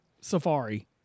Safari